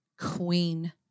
queen